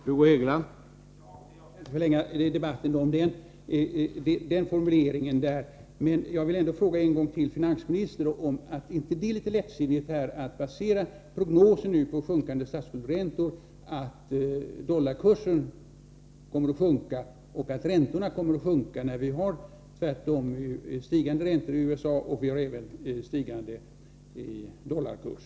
Herr talman! Jag skall inte förlänga debatten om den formuleringen. Men jag vill ändå fråga finansministern en gång till, om det inte är litet lättsinnigt att basera prognosen om sjunkande statsskuldsräntor på att dollarkursen och ränteutgifterna kommer att sjunka, när vi tvärtom har stigande räntor i USA och även stigande dollarkurs.